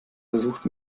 versucht